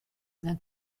d’un